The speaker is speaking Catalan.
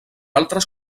altres